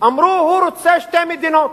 אמרו: הוא רוצה שתי מדינות.